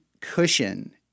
cushion